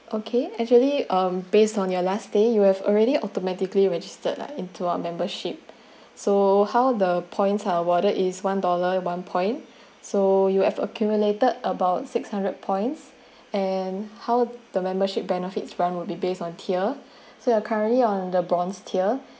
okay actually um based on your last day you have already automatically registered lah into our membership so how the points are awarded is one dollar one point so you have accumulated about six hundred points and how the membership benefits run will be based on tier so you're currently on the bronze tier